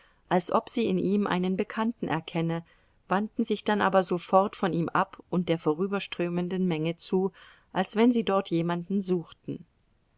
als ob sie in ihm einen bekannten erkenne wandten sich dann aber sofort von ihm ab und der vorüberströmenden menge zu als wenn sie dort jemand suchten